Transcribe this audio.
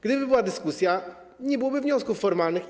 Gdyby była dyskusja, nie byłoby wniosków formalnych.